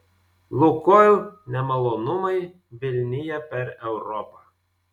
lukoil nemalonumai vilnija per europą